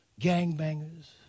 gangbangers